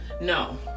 No